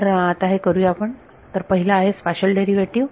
तर आता हे करूया आपण तर पहिला आहे स्पाशल डेरिव्हेटिव्ह